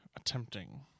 attempting